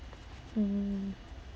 mm